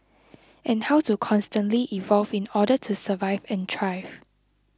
and how to constantly evolve in order to survive and thrive